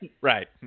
Right